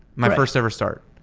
my first ever start.